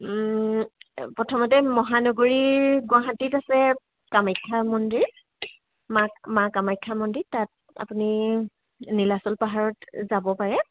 ওম প্ৰথমতে মহানগৰী গুৱাহাটীত আছে কামাখ্যা মন্দিৰ মা মা কামাখ্যা মন্দিৰ তাত আপুনি নীলাচল পাহাৰত যাব পাৰে